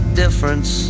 difference